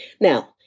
Now